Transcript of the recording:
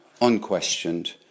unquestioned